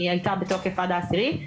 היא הייתה בתוקף עד ה-10,